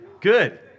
good